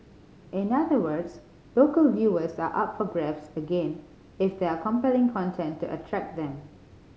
in other words local viewers are up for grabs again if there are compelling content to attract them